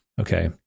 okay